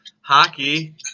hockey